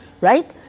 right